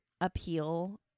appeal